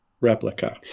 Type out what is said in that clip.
replica